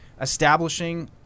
establishing